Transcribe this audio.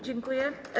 Dziękuję.